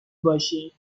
باشید